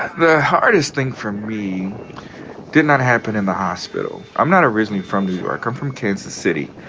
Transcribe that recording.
the hardest thing for me did not happen in the hospital. i'm not originally from new york i'm from kansas city.